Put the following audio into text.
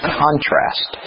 contrast